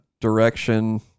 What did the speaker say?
direction